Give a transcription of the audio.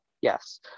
yes